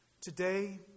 today